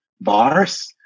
virus